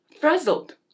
frazzled